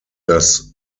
das